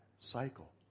cycle